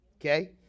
okay